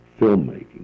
filmmaking